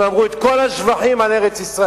הם אמרו את כל השבחים על ארץ-ישראל,